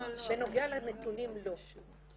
.לא, בנוגע לנתונים לא.